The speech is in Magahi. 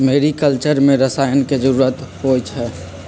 मेरिकलचर में रसायन के जरूरत होई छई